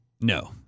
No